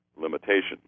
limitation